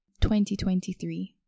2023